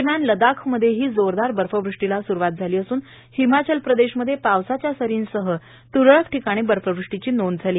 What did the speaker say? दरम्यान लद्दाखमध्येही जोरदार बर्फव्रष्टीला सुरूवात झाली असून हिमाचल प्रदेशमध्ये पावसाच्या सर्रीसह तुरळ्क ठिकाणी बर्फवृष्टी झाली